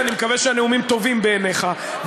אני מקווה שהנאומים טובים בעיניך.